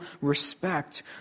respect